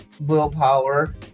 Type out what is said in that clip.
willpower